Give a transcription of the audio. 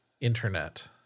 internet